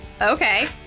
Okay